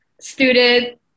student